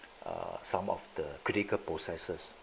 err some of the critical processes